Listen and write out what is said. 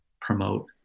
promote